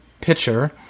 pitcher